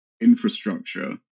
infrastructure